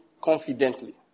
confidently